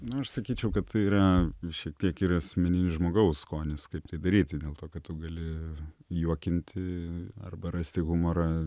na aš sakyčiau kad yra ir šiek tiek ir asmeninis žmogaus skonis kaip tai daryti dėl to kad tu gali juokinti arba rasti humorą